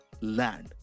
land